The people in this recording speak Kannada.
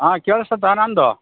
ಹಾಂ ಕೇಳಿಸುತ್ತಾ ನನ್ನದು